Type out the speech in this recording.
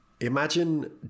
Imagine